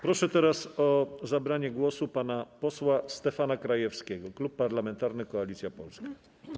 Proszę teraz o zabranie głosu pana posła Stefana Krajewskiego, Klub Parlamentarny Koalicja Polska.